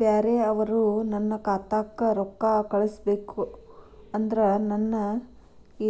ಬ್ಯಾರೆ ಅವರು ನನ್ನ ಖಾತಾಕ್ಕ ರೊಕ್ಕಾ ಕಳಿಸಬೇಕು ಅಂದ್ರ ನನ್ನ